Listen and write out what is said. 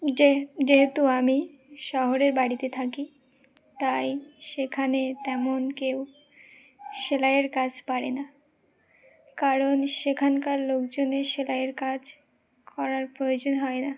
যে যেহেতু আমি শহরের বাড়িতে থাকি তাই সেখানে তেমন কেউ সেলাইয়ের কাজ পারে না কারণ সেখানকার লোকজনের সেলাইয়ের কাজ করার প্রয়োজন হয় না